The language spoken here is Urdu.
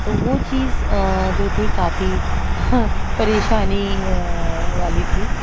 تو وہ چیز جو تھی کافی پریشانی والی تھی